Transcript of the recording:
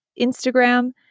Instagram